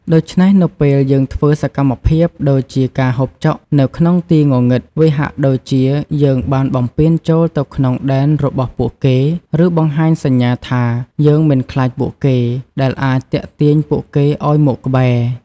ដូច្នេះ នៅពេលយើងធ្វើសកម្មភាពដូចជាការហូបចុកនៅក្នុងទីងងឹត វាហាក់ដូចជាយើងបានបំពានចូលទៅក្នុងដែនរបស់ពួកគេ ឬបង្ហាញសញ្ញាថា យើងមិនខ្លាចពួកគេ ដែលអាចទាក់ទាញពួកគេឲ្យមកក្បែរ ។